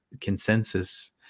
consensus